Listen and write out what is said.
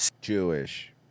Jewish